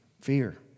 Fear